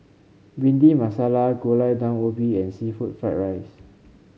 Bhindi Masala Gulai Daun Ubi and seafood Fried Rice